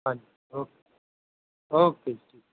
ਹਾਂਜੀ okay okay ਜੀ ਠੀਕ